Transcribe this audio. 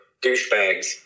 douchebags